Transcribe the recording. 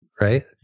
Right